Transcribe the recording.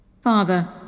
Father